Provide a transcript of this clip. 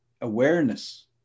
awareness